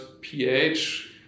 pH